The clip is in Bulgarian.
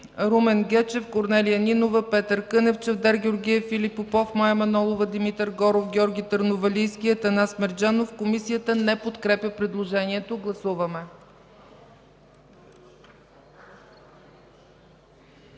Румен Гечев, Корнелия Нинова, Петър Кънев, Чавдар Георгиев, Филип Попов, Мая Манолова, Димитър Горов, Георги Търновалийски и Атанас Мерджанов. Комисията не подкрепя предложението. Гласували